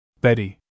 Betty